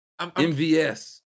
MVS